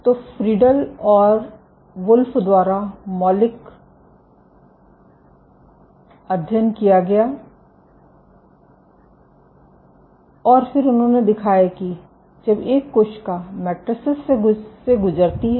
तो फ्रिडल और वुल्फ द्वारा मौलिक सेमिनल seminal अध्ययन किया गया है और फिर उन्होंने दिखाया कि जब एक कोशिका मेट्रिसेस से गुजरती है